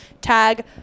Tag